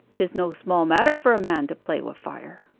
tis no small matter for a man to play wi fire